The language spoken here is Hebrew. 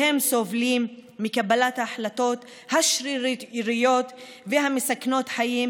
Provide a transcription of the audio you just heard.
והם סובלים מקבלת ההחלטות השרירותיות ומסכנות החיים.